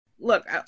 look